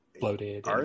bloated